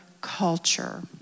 culture